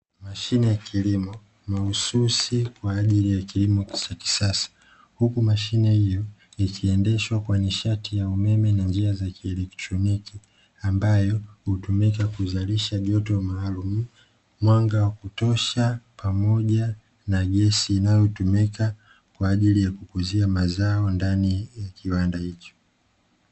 Mashine ya kilimo mahususi kwa ajili ya kilimo cha kisasa. Huku mashine hiyo ikiendeshwa kwa nishati ya umeme na njia za kielektroniki ambayo hutumika kuzalisha joto maalumu, mwanga wa kutosha pamoja na gesi inayotumika kwa ajili ya kukuzia mazao ndani ya kiwanda hicho.